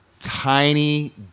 tiny